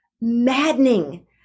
maddening